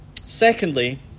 Secondly